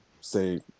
say